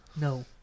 no